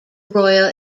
royal